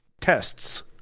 tests